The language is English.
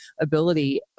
ability